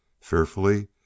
Fearfully